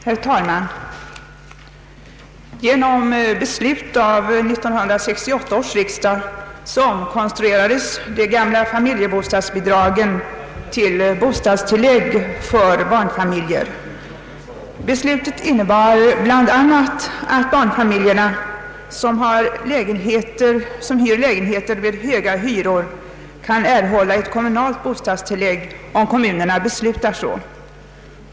Herr talman! Genom beslut av 1968 års riksdag omkonstruerades de gamla familjebostadsbidragen till bostadstilllägg för barnfamiljer. Beslutet innebar bl.a. att barnfamiljer, som hyr lägenheter med höga hyror, kan erhålla ett kommunalt bostadstillägg, om kommunerna beslutar så.